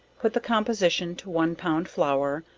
put the composition to one pound flour,